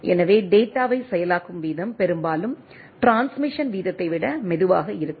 எனவே டேட்டாவைச் செயலாக்கும் வீதம் பெரும்பாலும் ட்ரான்ஸ்மிசன் வீதத்தை விட மெதுவாக இருக்கும்